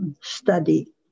study